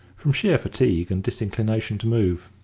from sheer fatigue and disinclination to move.